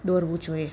દોરવું જોઈએ